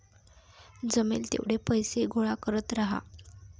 जमेल तेवढे पैसे गोळा करत राहा